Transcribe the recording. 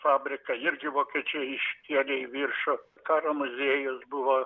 fabriką irgi vokiečiai iškėlė į viršų karo muziejus buvo